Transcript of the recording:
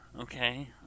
Okay